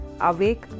Awake